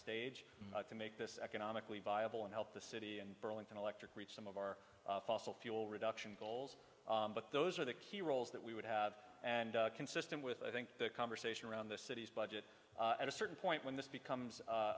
stage to make this economically viable and help the city and burlington electric reach some of our fossil fuel reduction goals but those are the key roles that we would have and consistent with i think the conversation around the city's budget at a certain point when this becomes